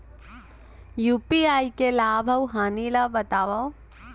UPI के लाभ अऊ हानि ला बतावव